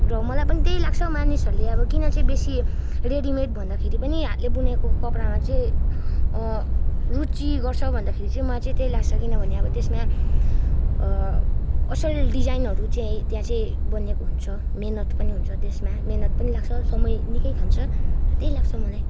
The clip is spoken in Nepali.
र मलाई पनि त्यही लाग्छ मानिसहरूले अब किन चाहिँ बेसी रेडिमेड भन्दाखेरि पनि हातले बुनेको कपडामा चाहिँ रुचि गर्छ भन्दाखेरि चाहिँ मलाई चाहिँ त्यही लाग्छ किनभने अब त्यसमा असल डिजाइनहरू चाहिँ त्यहाँ चाहिँ बनिएको हुन्छ मेहनत पनि हुन्छ त्यसमा मेहनत पनि लाग्छ समय निकै खान्छ त्यही लाग्छ मलाई